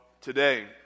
today